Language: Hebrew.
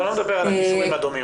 אני לא מדבר על הכישורים הדומים,